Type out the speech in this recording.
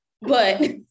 but-